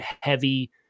heavy